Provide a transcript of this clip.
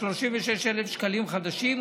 36,000 שקלים חדשים,